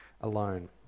alone